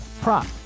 prop